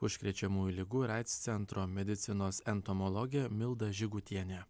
užkrečiamųjų ligų ir aids centro medicinos entomologė milda žygutienė